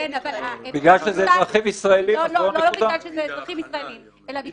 כן אבל -- בגלל שזה אזרחים ישראלים, זו הנקודה?